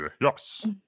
yes